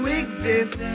exist